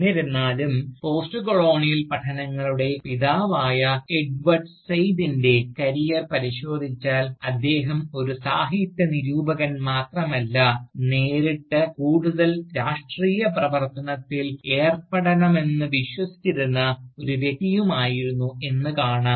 എന്നിരുന്നാലും പോസ്റ്റ്കൊളോണിയൽ പഠനങ്ങളുടെ പിതാവായ എഡ്വേഡ് സയ്യദിൻറെ കരിയർ പരിശോധിച്ചാൽ അദ്ദേഹം ഒരു സാഹിത്യ നിരൂപകൻ മാത്രമല്ല നേരിട്ട് കൂടുതൽ രാഷ്ട്രീയ പ്രവർത്തനത്തിൽ ഏർപ്പെടണമെന്ന് വിശ്വസിച്ചിരുന്ന ഒരു വ്യക്തിയും ആയിരുന്നു എന്ന് കാണാം